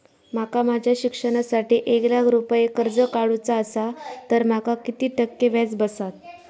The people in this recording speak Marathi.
माका माझ्या शिक्षणासाठी एक लाख रुपये कर्ज काढू चा असा तर माका किती टक्के व्याज बसात?